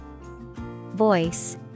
voice